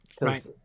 Right